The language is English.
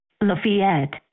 Lafayette